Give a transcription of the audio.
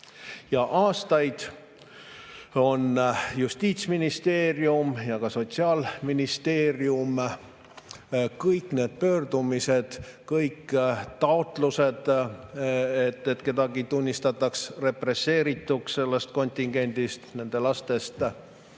Ja aastaid on Justiitsministeerium ja Sotsiaalministeerium kõik need pöördumised, kõik taotlused, et kedagi tunnistataks represseerituks sellest kontingendist, nende lastest,